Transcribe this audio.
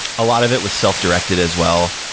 a lot of it was self-directed as well.